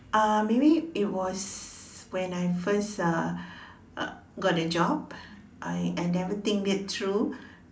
uh maybe it was when I first uh got a job I I never think it through